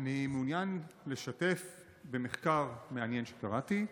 אני מעוניין לשתף במחקר מעניין שקראתי,